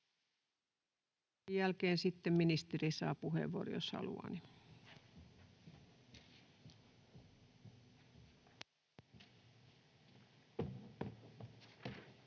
jälkeen sitten ministeri saa puheenvuoron, jos haluaa.